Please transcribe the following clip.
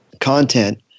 content